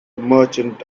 merchant